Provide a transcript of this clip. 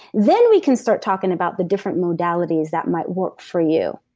then we can start talking about the different modalities that might work for you,